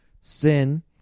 Sin